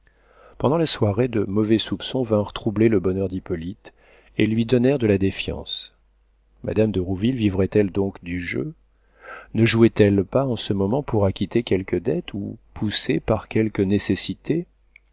pendant la soirée de mauvais soupçons vinrent troubler le bonheur d'hippolyte et lui donnèrent de la défiance madame de rouville vivrait elle donc du jeu ne jouait elle pas en ce moment pour acquitter quelque dette ou poussée par quelque nécessité